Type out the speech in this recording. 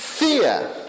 Fear